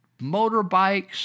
motorbikes